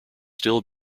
still